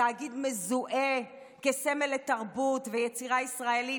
התאגיד מזוהה כסמל לתרבות ויצירה ישראלית